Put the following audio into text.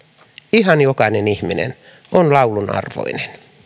ihan jokainen ihminen on laulun arvoinen